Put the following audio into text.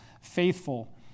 faithful